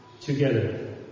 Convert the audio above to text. together